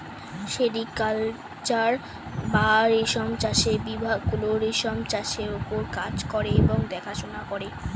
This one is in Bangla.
সেরিকালচার বা রেশম চাষের বিভাগ গুলো রেশম চাষের ওপর কাজ করে এবং দেখাশোনা করে